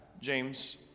james